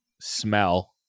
smell